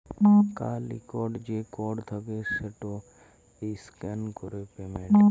কাল ইকট যে কড থ্যাকে সেট ইসক্যান ক্যরে পেমেল্ট